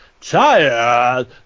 tired